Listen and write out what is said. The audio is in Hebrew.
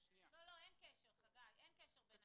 חגי, אין קשר בין הדברים.